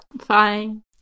Fine